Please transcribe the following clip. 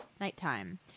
nighttime